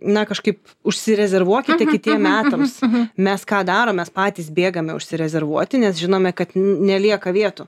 na kažkaip užsirezervuokite kitiem metams mes ką darom mes patys bėgame užsirezervuoti nes žinome kad n nelieka vietų